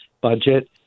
budget